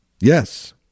Yes